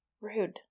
Rude